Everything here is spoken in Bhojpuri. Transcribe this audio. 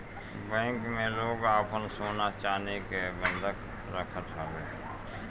बैंक में लोग आपन सोना चानी के बंधक रखत हवे